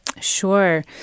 Sure